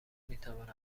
میتواند